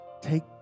take